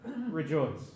rejoice